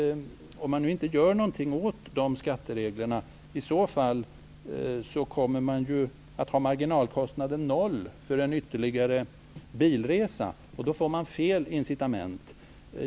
Om man inte gör något åt de skattereglerna kommer man att ha marginalkostnaden noll för ytterligare bilresa. Då får man fel incitament.